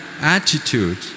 attitude